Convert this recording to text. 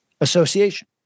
association